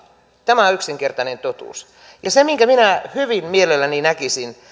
tämä on yksinkertainen totuus ja se minkä minä hyvin mielelläni näkisin on